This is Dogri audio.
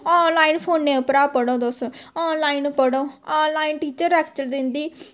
ऑन लाइन फौने उप्परा पढ़ो तुस ऑन लाइन पढ़ो ऑन लाइन टीचर लैक्चर दिंदी